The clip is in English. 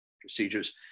procedures